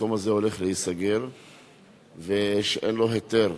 שהמקום הזה הולך להיסגר ושאין לו היתר.